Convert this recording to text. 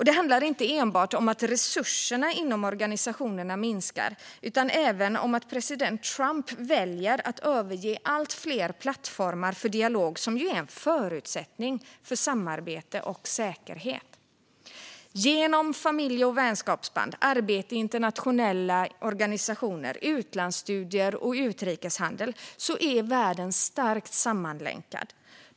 Det handlar inte enbart om att resurserna inom organisationerna minskar utan även om att president Trump väljer att överge allt fler plattformar för dialog, som ju är en förutsättning för samarbete och säkerhet. Genom familje och vänskapsband, arbete i internationella organisationer, utlandsstudier och utrikeshandel är världen starkt sammanlänkad.